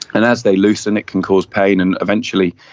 and as they loosen it can cause pain, and eventually